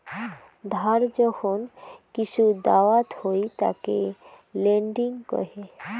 ধার যখন কিসু দাওয়াত হই তাকে লেন্ডিং কহে